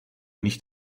nicht